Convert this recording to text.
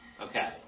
Okay